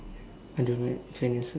I don't eat Chinese food